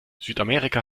südamerika